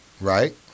Right